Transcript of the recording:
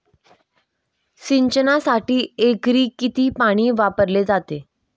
सिंचनासाठी एकरी किती पाणी वापरले जाते?